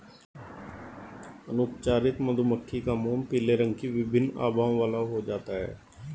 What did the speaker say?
अनुपचारित मधुमक्खी का मोम पीले रंग की विभिन्न आभाओं वाला हो जाता है